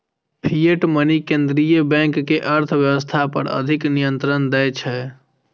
fiat money केंद्रीय bank कें अर्थव्यवस्था पर अधिक नियंत्रण दै छै